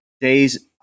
days